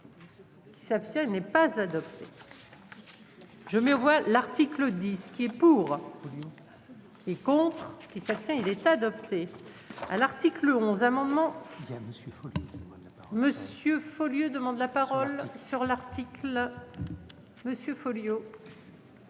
Qui s'abstient n'est pas adopté. Je me vois l'article 10 qui est pour. Et contre c'est il est adopté. À l'article 11 amendement. Monsieur Folliot, demande la parole sur l'article. Monsieur Folliot.